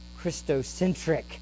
Christocentric